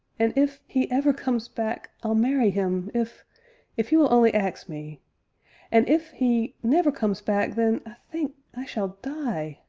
and if he ever comes back i'll marry him if if he will only ax me and if he never comes back, then i think i shall die!